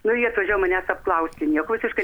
nu ji atvažiavo manęs apklausti nieko visiškai